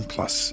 Plus